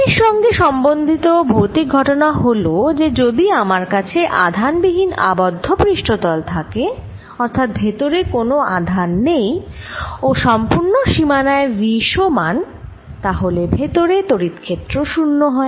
এর সঙ্গে সম্বন্ধিত ভৌতিক ঘটনা হল যে যদি আমার কাছে আধান বিহীন আবদ্ধ পৃষ্ঠতল থাকে অর্থাৎ ভেতরে কোন আধান নেই ও সম্পূর্ণ সীমানায় V সমান তাহলে ভেতরে তড়িৎ ক্ষেত্র 0 হয়